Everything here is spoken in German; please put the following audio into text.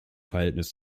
verhältnis